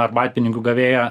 arbatpinigių gavėją